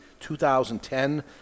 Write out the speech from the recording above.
2010